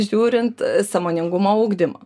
žiūrint sąmoningumo ugdymą